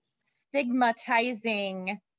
stigmatizing